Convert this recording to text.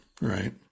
Right